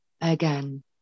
again